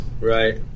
Right